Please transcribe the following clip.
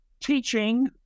teaching